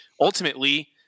ultimately